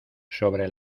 sobre